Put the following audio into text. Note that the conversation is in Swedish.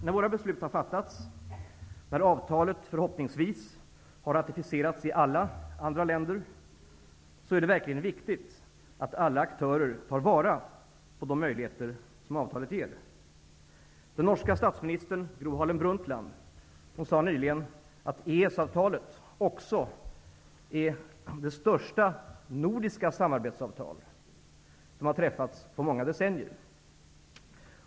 När våra beslut har fattats, när avtalet förhoppningsvis har ratificerats i alla andra länder, så är det verkligen viktigt att alla aktörer tar vara på de möjligheter som avtalet ger. Den norska statsministern Gro Harlem Brundtland sade nyligen att EES-avtalet också är det största nordiska samarbetsavtal som träffats på många decennier.